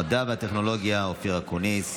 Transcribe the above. המדע והטכנולוגיה אופיר אקוניס.